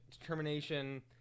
determination